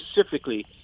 specifically